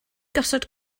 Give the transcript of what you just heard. gosod